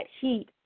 heat